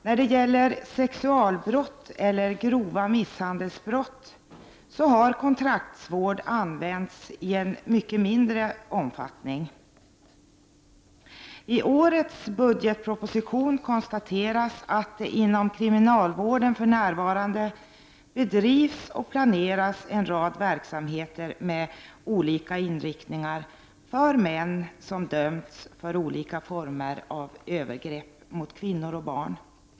När det gäller sexualbrott eller grova misshandelsbrott har kontraktsvård använts i mycket mindre omfattning. I årets budgetproposition konstateras att det inom kriminalvården för närvarande bedrivs och planeras en rad verksamheter med olika inriktningar för män som dömts för olika former av övergrepp mot kvinnor och barn.